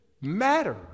matter